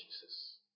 Jesus